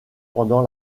pendant